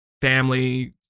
family